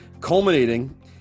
culminating